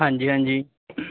ਹਾਂਜੀ ਹਾਂਜੀ